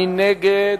מי נגד?